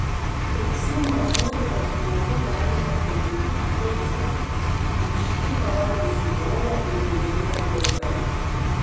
toksinų apnuodytą žmogų galima atpažinti iš vaizdo blyški pavargusi oda ir nugeibę plaukai